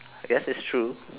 I guess it's true